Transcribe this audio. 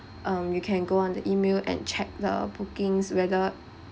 um you can go on the email and check the bookings whether